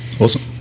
Awesome